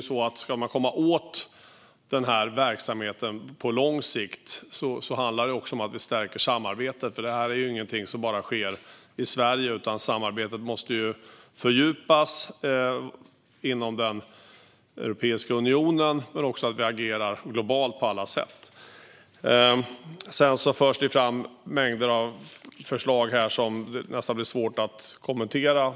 Ska man komma åt den här verksamheten på lång sikt handlar det naturligtvis om att stärka samarbetet, för det här är ingenting som bara sker i Sverige. Samarbetet inom Europeiska unionen måste fördjupas, och vi måste också agera globalt på alla sätt. Här förs nu fram mängder av förslag som nästan blir svåra att kommentera.